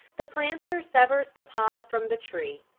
the planter severs the pod from the tree,